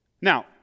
Now